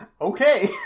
Okay